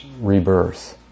rebirth